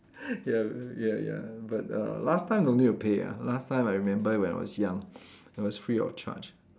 ya ya ya but uh last time don't need to pay ah last time I remember when I was young it was free of charge